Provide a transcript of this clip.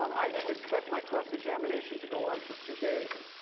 um i didn't expect my cross examination to go on for two days.